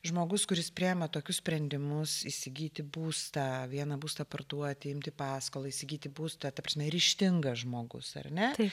žmogus kuris priima tokius sprendimus įsigyti būstą vieną būstą parduoti imti paskolą įsigyti būstą ta prasme ryžtingas žmogus ar net